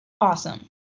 Awesome